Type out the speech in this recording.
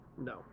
No